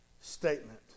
statement